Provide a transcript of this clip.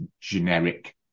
generic